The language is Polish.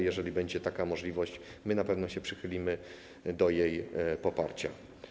Jeżeli będzie taka możliwość, na pewno się przychylimy do jej poparcia.